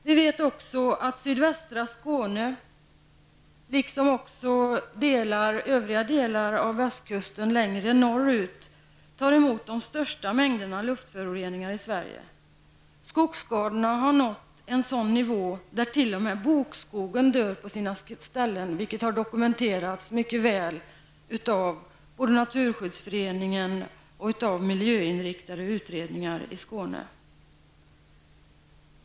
Vi vet också att sydvästra Skåne, liksom övriga delar av västkusten längre norrut, tar emot de största mängderna luftföroreningar i Sverige. Skogsskadorna har nått en sådan nivå att t.o.m. bokskogen dör på sina ställen, vilket har dokumenterats mycket väl av både naturskyddsföreningen och miljöinriktade utredningar i Skåne.